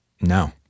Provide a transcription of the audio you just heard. No